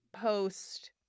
post